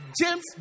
James